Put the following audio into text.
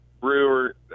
brewer